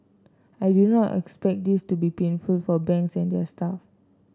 I do not expect this to be painful for banks and their staff